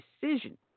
decision